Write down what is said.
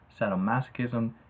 sadomasochism